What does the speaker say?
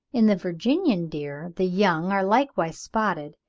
in the virginian deer the young are likewise spotted,